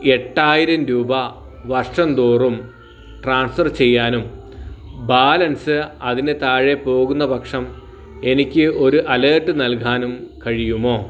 എട്ടായിരം രൂപ വർഷം തോറും ട്രാൻസ്ഫർ ചെയ്യാനും ബാലൻസ് അതിൻ്റെ താഴെ പോകുന്ന പക്ഷം എനിക്ക് ഒരു അലേർട്ട് നൽകാനും കഴിയുമോ